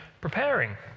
preparing